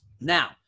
Now